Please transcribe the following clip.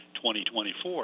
2024